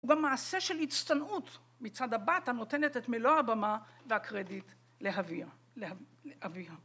הוא גם מעשה של הצטנעות מצד הבת הנותנת את מלוא הבמה והקרדיט לאביה.